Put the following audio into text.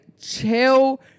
chill